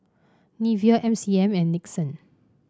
Nivea M C M and Nixon